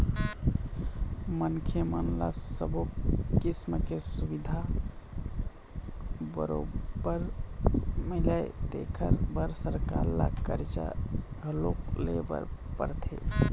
मनखे मन ल सब्बो किसम के सुबिधा बरोबर मिलय तेखर बर सरकार ल करजा घलोक लेय बर परथे